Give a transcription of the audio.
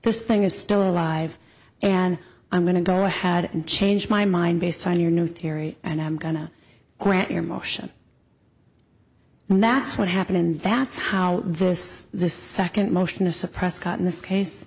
this thing is still alive and i'm going to go ahead and change my mind based on your new theory and i'm gonna grant your motion and that's what happened and that's how this the second motion to suppress got in this case